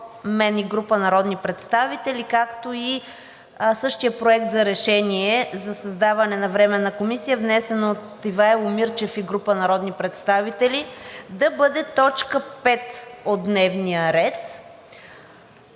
мен и група народни представители, както и същият проект за решение за създаване на Временна комисия, внесен от Ивайло Мирчев и група народни представители, да бъде т. 5 от дневния ред.